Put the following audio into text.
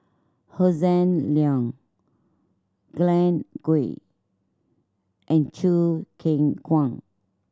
Hossan Leong Glen Goei and Choo Keng Kwang